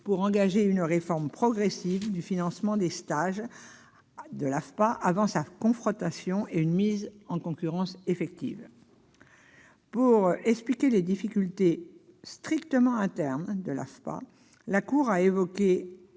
pour engager une réforme progressive du financement des stages de l'AFPA avant sa confrontation à une mise en concurrence effective ». Pour expliquer ces difficultés strictement internes à l'AFPA, la Cour a évoqué